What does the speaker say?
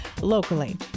locally